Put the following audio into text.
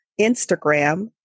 Instagram